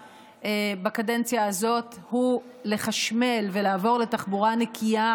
בקדנציה הזאת הוא לחשמל ולעבור לתחבורה נקייה,